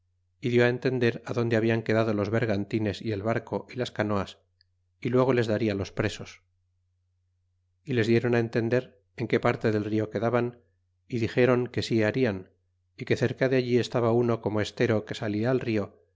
é dió entender adonde hablan quedado los vergantines y el barco y las canoas y luego les daria los presos y les diéron entender en que parte del rio quedaban y dixéron que si harian y que cerca de allí estaba uno como estero que salia al rio